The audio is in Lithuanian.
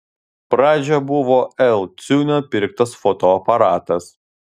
pradžia buvo l ciūnio pirktas fotoaparatas